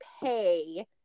pay